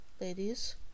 ladies